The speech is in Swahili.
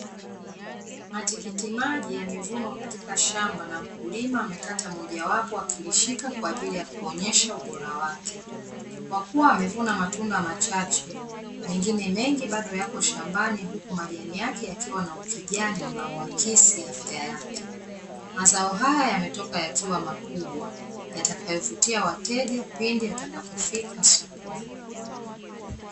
Matikiti maji yamevunwa katika shamba na mkulima amekata mojawapo akilishika kwa ajili ya kuonyesha ubora wake, kwa kuwa amevuna matunda machache mengine mengi bado yako shambani huku majani yake yakiwa na ukijani unaowakisi ya afya yake, mazao haya yametoka yakiwa makubwa yatakayovutia wateja pindi yatapofika sokoni.